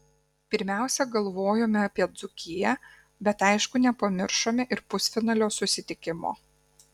pirmiausia galvojome apie dzūkiją bet aišku nepamiršome ir pusfinalio susitikimo